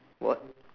what